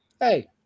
Hey